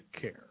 care